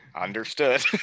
Understood